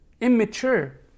Immature